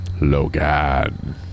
Logan